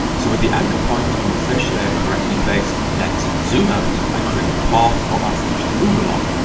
so with the anchor point on the fish, they are correctly placed, let's zoom out and create a path for our fish to move along.